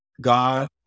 God